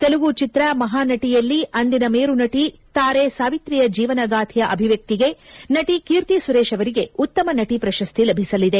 ತೆಲುಗು ಚಿತ್ರ ಮಹಾನಟಿಯಲ್ಲಿ ಅಂದಿನ ಮೇರುನಟ ತಾರೆ ಸಾವಿತ್ರಿಯ ಜೀವನಗಾಥೆಯ ಅಭಿವ್ಯಕ್ತಿಗೆ ನಟಿ ಕೀರ್ತಿ ಸುರೇಶ್ ಅವರಿಗೆ ಉತ್ತಮ ನಟಿ ಪ್ರಶಸ್ತಿ ಲಭಿಸಲಿದೆ